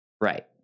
Right